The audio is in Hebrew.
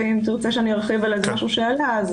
ואם תרצה שארחיב על משהו שעלה,